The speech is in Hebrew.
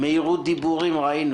מהירות דיבורים ראינו